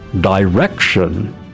direction